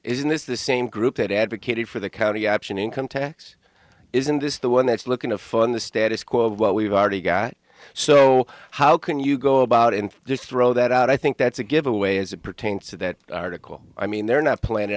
isn't this the same group that advocated for the county option income tax isn't this the one that's looking to fund the status quo of what we've already got so how can you go about and just throw that out i think that's a giveaway as it pertains to that article i mean they're not planning